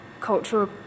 cultural